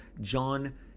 John